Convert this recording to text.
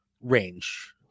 range